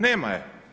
Nema je.